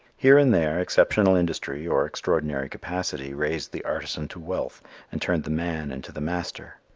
here and there exceptional industry or extraordinary capacity raised the artisan to wealth and turned the man into the master.